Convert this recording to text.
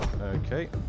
Okay